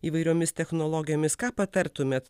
įvairiomis technologijomis ką patartumėt